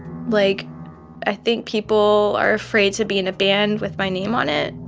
like i think people are afraid to be in a band with my name on it.